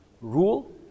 rule